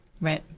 Right